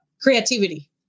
creativity